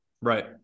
Right